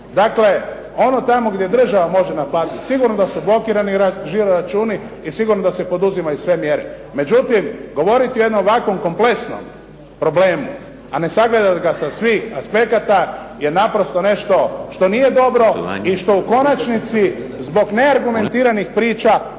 Dakle, ono tamo gdje država može naplatiti sigurno da su blokirani žiro računi i sigurno da se poduzimaju sve mjere, međutim govoriti o jednom ovako kompleksnom problemu, a ne sagledati ga sa svih aspekata je naprosto nešto što nije dobro i što u konačnici zbog neargumentiranih priča